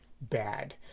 bad